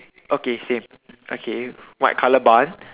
okay same okay white colour bun